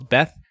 Beth